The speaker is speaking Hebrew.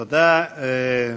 תודה.